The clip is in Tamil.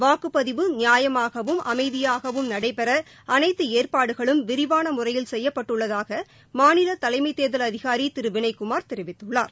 வாக்குப்பதிவு நியாயமாகவும் அமைதியாகவும் நடைபெற அனைத்து ஏற்பாடுகளும் விரிவான முறையில் செய்யப்பட்டுள்ளதாக மாநில தலைமைத் தேர்தல் அதிகாரி திரு விளய் குமார் தெரிவித்துள்ளார்